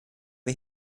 wir